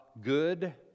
good